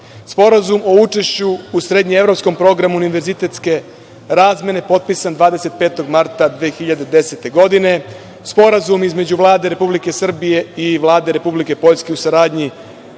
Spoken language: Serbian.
godine. Sporazum o učešću u srednjeevropskom programu univerzitetske razmene potpisan 25. marta 2010. godine. Sporazum između Vlade Republike Srbije i Vlade Republike Poljske o saradnji